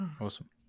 Awesome